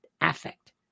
affect